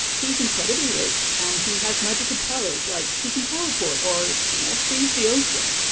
he's incredibly rich and he has magical powers like he can teleport or, you know, freeze the ocean,